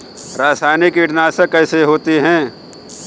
रासायनिक कीटनाशक कैसे होते हैं?